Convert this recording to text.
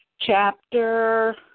chapter